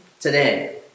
today